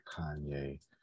Kanye